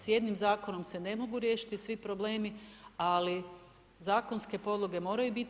S jednim zakonom se ne mogu riješiti svi problemi, ali zakonske podloge moraju biti.